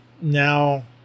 now